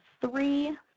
three